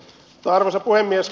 arvoisa puhemies